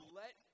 let